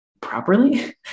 properly